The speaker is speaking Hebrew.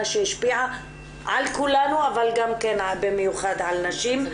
שהשפיעה על כולנו אבל גם כן במיוחד על נשים,